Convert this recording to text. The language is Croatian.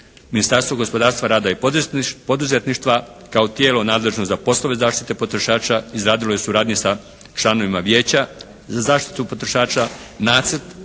Ministarstvo gospodarstva, rada i poduzetništva kao tijelo nadležno za poslove zaštite potrošača …/Govornik se ne razumije./… suradnji sa članovima Vijeća za zaštitu potrošača, nacrt